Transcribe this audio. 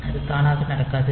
அது தானாக நடக்காது